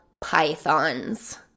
pythons